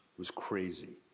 was crazy.